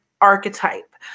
archetype